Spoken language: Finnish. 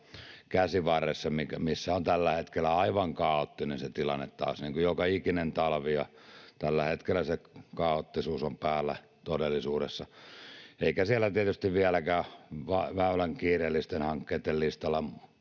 Käsivarressa, missä on tällä hetkellä aivan kaoottinen se tilanne taas niin kuin joka ikinen talvi, ja tällä hetkellä se kaoottisuus on päällä todellisuudessa. Eikä siellä Väylän kiireellisten hankkeitten listalla